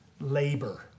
labor